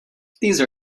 these